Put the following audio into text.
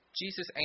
Jesus